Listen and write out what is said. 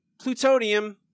Plutonium